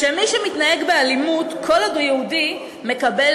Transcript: שמי שמתנהג באלימות כל עוד הוא יהודי מקבל